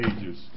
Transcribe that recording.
ages